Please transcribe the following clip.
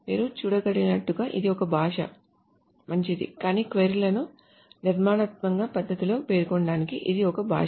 మీరు చూడగలిగినట్లుగా ఇది ఒక భాష మంచిది కానీ క్వరీ లను నిర్మాణాత్మక పద్ధతిలో పేర్కొనడానికి ఇది ఒక భాష